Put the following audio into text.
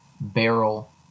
Barrel